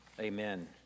Amen